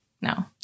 No